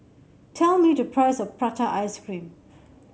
tell me the price of Prata Ice Cream